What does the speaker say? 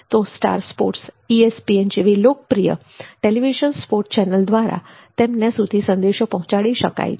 તો Star Sports ESPN વગેરે જેવી લોકપ્રિયતા ટેલિવિઝન સ્પોર્ટ ચેનલ દ્વારા તેમના સુધી સંદેશો પહોંચાડી શકાય છે